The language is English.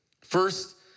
first